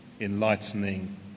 enlightening